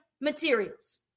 materials